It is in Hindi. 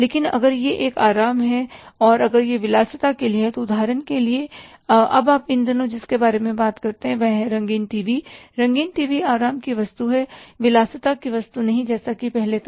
लेकिन अगर यह एक आराम है और अगर यह विलासिता के लिए है उदाहरण के लिए अब आप इन दिनों जिसके बारे में बात करते हैं वह है रंगीन टीवी रंगीन टीवी आराम की वस्तु हैंविलासिता की वस्तु नहीं जैसा कि पहले था